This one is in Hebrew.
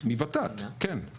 אבל